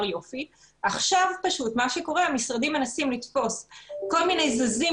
עכשיו המשרדים מנסים לתפוס כל מיני זיזים